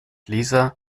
lisa